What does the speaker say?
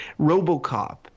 robocop